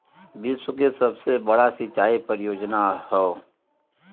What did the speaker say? विश्व के सबसे बड़ा सिंचाई परियोजना हौ